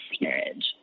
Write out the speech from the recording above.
marriage